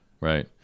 right